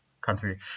country